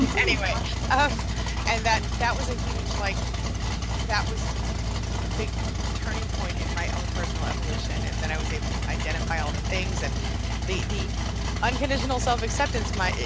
and anyway and that that was a huge, like that was the ah big turning point in my own personal evolution and then i was able to identify all the things and the the unconditional self-acceptance my.